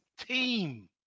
Team